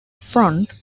front